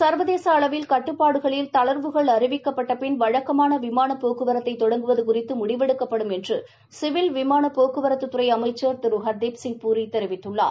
சா்வதேச அளவில் கட்டுப்பாடுகளில் தளா்வுகள் அறிவிக்கப்பட்ட பின் வழக்கமான விமான போக்குவரத்தை தொடங்குவது குறித்து முடிவெடுக்கப்படும் என்று சிவில் விமாள போக்குவரத்துத்துறை அமைச்சர் திரு ஹர்தீப்சிய் பூரி தெரிவித்துள்ளார்